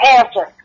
answer